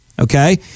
okay